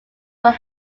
were